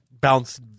bounce